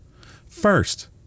First